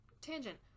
tangent